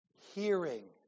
hearing